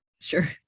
sure